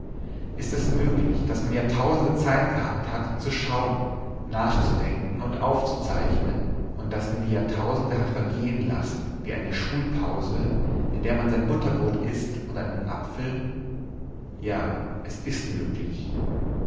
ist es möglich daß man jahrtausende zeit gehabt hat zu schauen nachzudenken und aufzuzeichnen und daß man die jahrtausende hat vergehen lassen wie eine schulpause in der man sein butterbrot ißt und einen apfel ja es ist möglich